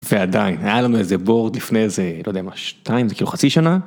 ועדיין היה לנו איזה בורד לפני איזה לא יודע מה שתיים זה כאילו חצי שנה.